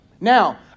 now